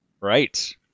Right